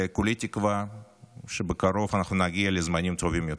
כולי תקווה שבקרוב אנחנו נגיע לזמנים טוב יותר.